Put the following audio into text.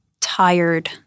tired